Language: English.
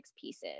pieces